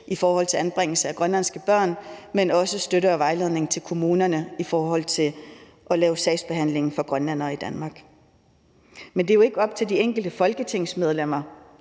i forbindelse med anbringelse af grønlandske børn, men også støtte og vejledning til kommunerne i forhold til at lave sagsbehandling for grønlændere i Danmark. Men det er jo ikke op til de enkelte folketingsmedlemmer